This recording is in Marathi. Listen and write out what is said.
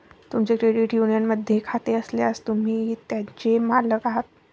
तुमचे क्रेडिट युनियनमध्ये खाते असल्यास, तुम्ही त्याचे मालक आहात